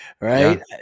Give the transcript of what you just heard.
Right